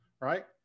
right